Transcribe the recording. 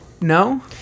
no